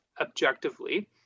objectively